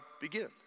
begin